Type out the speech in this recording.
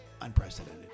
unprecedented